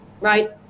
right